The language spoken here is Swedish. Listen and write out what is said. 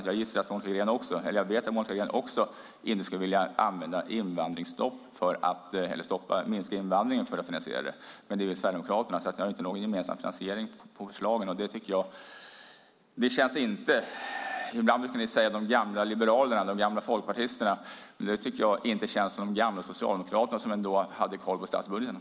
Jag vet att Monica Green inte skulle vilja minska invandringen för att finansiera detta. Men det vill Sverigedemokraterna. Ni har inte någon gemensam finansiering av förslagen. Ibland talar ni om de gamla liberalerna, de gamla folkpartisterna. Jag tycker inte att detta känns som de gamla socialdemokraterna, som ändå hade koll på statsbudgeten.